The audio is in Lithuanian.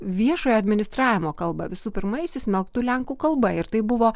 viešojo administravimo kalbą visų pirma įsismelktų lenkų kalba ir tai buvo